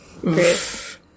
Great